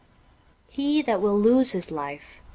he that will lose his life,